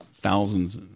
thousands